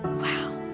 wow,